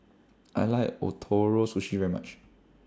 I like Ootoro Sushi very much